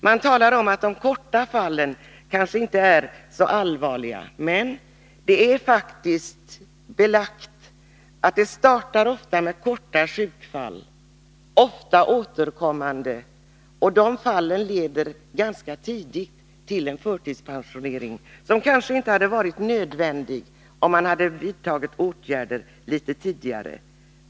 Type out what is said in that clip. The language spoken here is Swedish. Man talar om att de kortvariga fallen kanske inte är så allvarliga, men det är faktiskt belagt att problemen många oj gånger startar med kortvariga sjukdomsfall, ofta återkommande, och de fallen leder ganska tidigt till förtidspensionering, som kanske inte hade varit nödvändig om man vidtagit åtgärder litet tidigare.